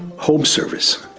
home service,